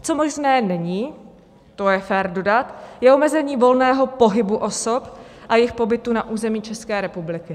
Co možné není, to je fér dodat, je omezení volného pohybu osob a jejich pobytu na území České republiky.